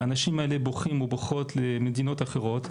האנשים האלה בורחים ובורחות למדינות אחרות,